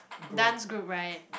dance group right